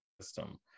system